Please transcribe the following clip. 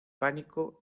pánico